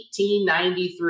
1893